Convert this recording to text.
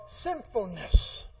sinfulness